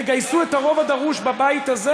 תגייסו את הרוב הדרוש בבית הזה,